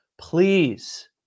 please